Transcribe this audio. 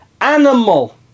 Animal